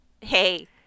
hey